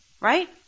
Right